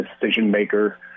decision-maker